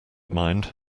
mind